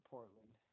Portland